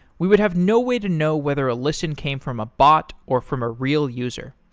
we would have no way to know whether a listen came from a bot or from a real user.